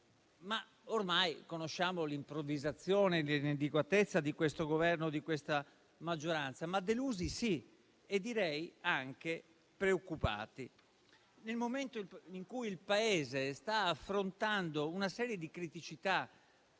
se ormai conosciamo l'improvvisazione e l'inadeguatezza questo Governo e di questa maggioranza, restiamo delusi, sì, e direi anche preoccupati. Nel momento in cui il Paese sta affrontando una serie di criticità